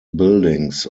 buildings